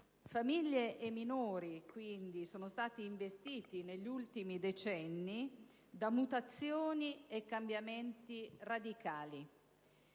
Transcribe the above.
Famiglie e minori quindi sono stati investiti negli ultimi decenni da mutazioni e cambiamenti radicali.